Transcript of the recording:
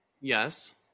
Yes